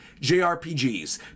JRPGs